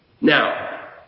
Now